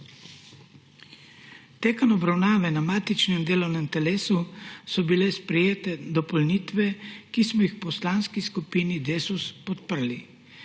Tekom obravnave na matičnem delovnem telesu so bile sprejete dopolnitve, ki smo jih v Poslanski skupini Desus podprli.